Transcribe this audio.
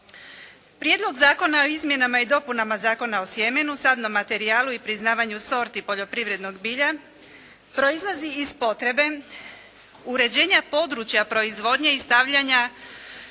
Prijedlog zakona o izmjenama i dopunama Zakona o sjemenu, sadnom materijalu i priznavanju sorti poljoprivrednog bilja proizlazi iz potrebe uređenja područja proizvodnje i stavljanja